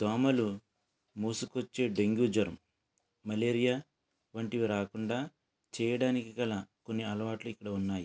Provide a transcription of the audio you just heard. దోమలు మోసుకు వచ్చే డెంగ్యూ జ్వరం మలేరియా వంటివి రాకుండా చెయ్యడానికి గల కొన్ని అలవాట్లు ఇక్కడ ఉన్నాయి